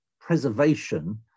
preservation